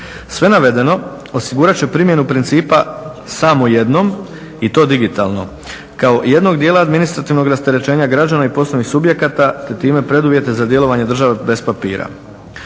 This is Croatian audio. Sve navedeno osigurat će primjenu principa samo jednom i to digitalno kao jednog dijela administrativnog rasterećenja građana i poslovnih subjekata te time preduvjete za djelovanje države bez papira.